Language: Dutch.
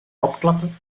opklappen